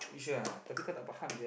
you sure ah tapi kau tak faham sia